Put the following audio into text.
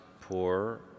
poor